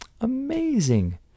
Amazing